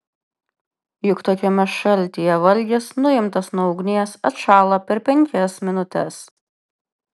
juk tokiame šaltyje valgis nuimtas nuo ugnies atšąla per penkias minutes